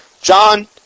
John